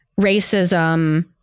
racism